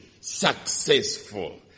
Successful